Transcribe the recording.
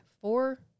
Four